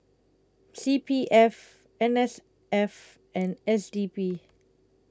C P F N S F and S D P